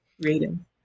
reading